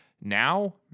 now